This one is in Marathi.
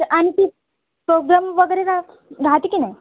आणि ती प्रोग्राम वगैरे राह राहते की नाही